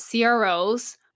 CROs